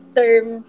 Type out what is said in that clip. term